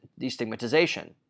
destigmatization